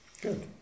good